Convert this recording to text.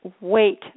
wait